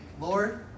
Lord